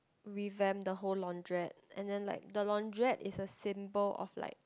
revamp the whole laundrette and then like the laundrette is a symbol of like